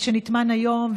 שנטמן היום,